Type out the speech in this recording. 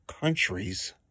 countries